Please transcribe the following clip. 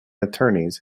attorneys